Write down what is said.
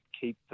keep